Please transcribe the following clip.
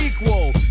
equal